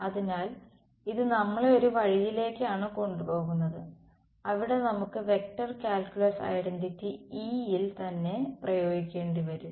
അതിനാൽ ഇത് നമ്മളെ ഒരു വഴിയിലേക്കാണ് കൊണ്ടുപോകുന്നത് അവിടെ നമുക്ക് വെക്റ്റർ കാൽക്കുലസ് ഐഡന്റിറ്റി E യിൽ തന്നെ പ്രയോഗിക്കേണ്ടി വരും